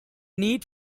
need